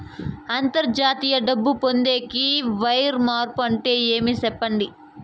అంతర్జాతీయ డబ్బు పొందేకి, వైర్ మార్పు అంటే ఏమి? సెప్పండి?